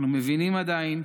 אנחנו מבינים עדיין,